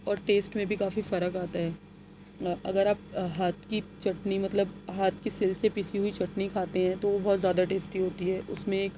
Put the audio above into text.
اور ٹیسٹ میں بھی کافی فرق آتا ہے اگر آپ ہاتھ کی چٹنی مطلب ہاتھ کی سل سے پسی ہوئی چٹنی کھاتے ہیں تو وہ بہت زیادہ ٹیسٹی ہوتی ہے اُس میں ایک